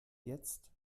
jetzt